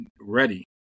ready